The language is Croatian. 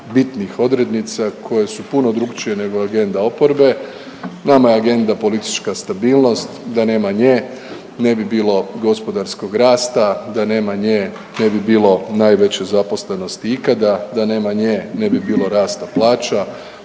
bitnih odrednica koje su puno drukčije nego agenda oporbe, nama je agenda politička stabilnost, da nema nje ne bi bilo gospodarskog rasta, da nema nje ne bi bilo najveće zaposlenosti ikada, da nema nje ne bi bilo rasta plaća,